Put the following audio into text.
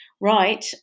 right